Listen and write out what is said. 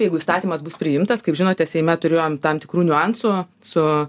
jeigu įstatymas bus priimtas kaip žinote seime turėjom tam tikrų niuansų su